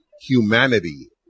humanity